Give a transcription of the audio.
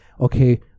okay